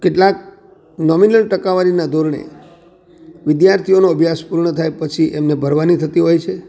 કેટલાક નોમીનલ ટકાવારીના ધોરણે વિદ્યાર્થીઓનો અભ્યાસ પૂર્ણ થાય પછી એમને ભરવાની થતી હોય છે